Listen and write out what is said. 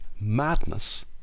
madness